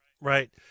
right